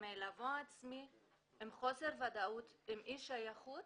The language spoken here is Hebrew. עם חוסר ודאות, עם אי שייכות